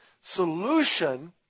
solution